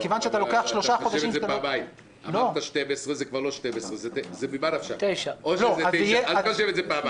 זה כבר לא 12. אל תחשיב את זה פעמיים.